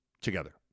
together